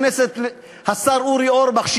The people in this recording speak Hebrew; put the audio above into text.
השר אורי אורבך,